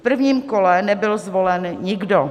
V prvním kole nebyl zvolen nikdo.